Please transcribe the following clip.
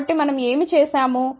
కాబట్టి మనం ఏమి చేసాము